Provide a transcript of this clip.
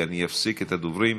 כי אני אפסיק את הדוברים.